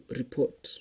report